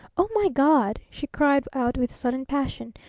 oh, my god! she cried out with sudden passion.